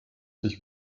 sich